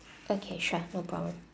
okay sure no problem